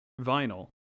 vinyl